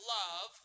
love